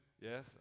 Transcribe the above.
yes